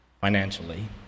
financially